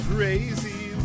Crazy